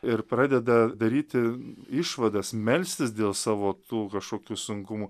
ir pradeda daryti išvadas melstis dėl savo tų kažkokių sunkumų